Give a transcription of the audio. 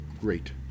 great